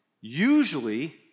usually